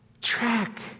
track